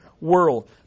world